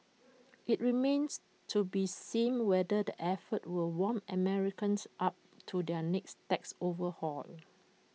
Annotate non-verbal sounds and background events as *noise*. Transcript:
*noise* IT remains to be seen whether the efforts will warm Americans up *noise* to the tax overhaul